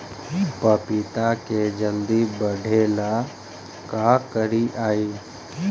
पपिता के जल्दी बढ़े ल का करिअई?